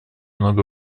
много